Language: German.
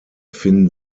finden